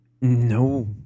No